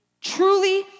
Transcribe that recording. truly